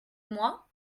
moi